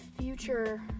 future